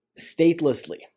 statelessly